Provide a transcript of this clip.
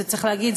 צריך להגיד,